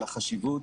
על החשיבות,